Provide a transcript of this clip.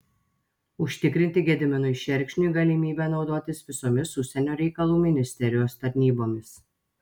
užtikrinti gediminui šerkšniui galimybę naudotis visomis užsienio reikalų ministerijos tarnybomis